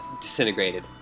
disintegrated